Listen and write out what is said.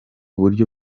buryo